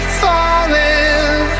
falling